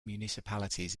municipalities